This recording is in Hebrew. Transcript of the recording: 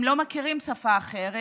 הם לא מכירים שפה אחרת,